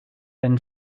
then